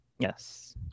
Yes